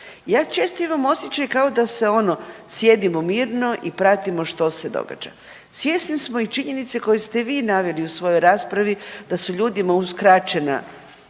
Ja često imam osjećaj kao da se ono sjedimo mirno i pratimo što se događa. Svjesni smo i činjenice koju ste vi naveli u svojoj raspravi da su ljudima uskraćena